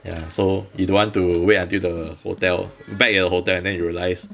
ya so you don't want to wait until the hotel back at the hotel and then you realise